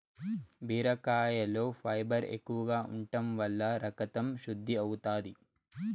బీరకాయలో ఫైబర్ ఎక్కువగా ఉంటం వల్ల రకతం శుద్ది అవుతాది